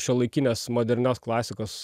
šiuolaikinės modernios klasikos